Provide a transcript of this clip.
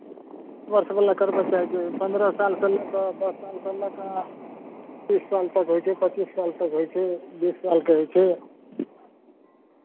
कए वर्षवला करबय चाहै छियै पन्द्रह सालसँ लऽ कऽ दस सालसँ लऽ कऽ तीस साल तक होइ छै पच्चीस साल तक होइ छै बीस सालके होइ छै